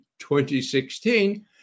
2016